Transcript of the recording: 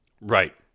Right